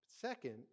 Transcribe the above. Second